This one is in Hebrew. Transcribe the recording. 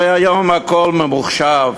הרי היום הכול ממוחשב,